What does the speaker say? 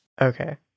Okay